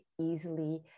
easily